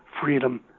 freedom